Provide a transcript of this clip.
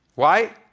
why?